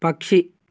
పక్షి